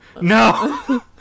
No